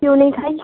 کیوں نہیں کھائی